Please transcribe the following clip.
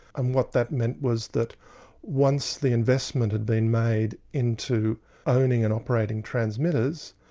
and what that meant was that once the investment had been made into owning and operating transmitters,